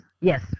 yes